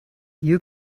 you